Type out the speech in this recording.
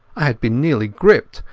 i had been nearly gripped,